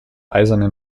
eisernen